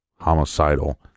homicidal